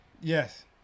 Yes